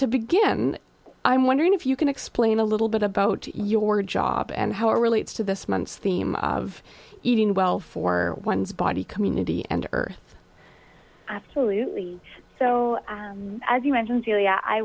to begin i'm wondering if you can explain a little bit about your job and how it relates to this month's theme of eating well for one's body community and earth absolutely so